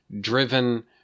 driven